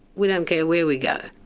we don't care where we go,